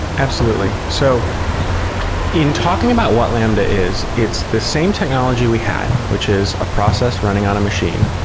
absolutely. so in talking about what lambda is, it's the same technology we had, which is a process running on a machine,